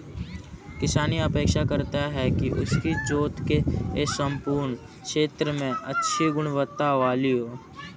किसान यह अपेक्षा करता है कि उसकी जोत के सम्पूर्ण क्षेत्र में अच्छी गुणवत्ता वाली हो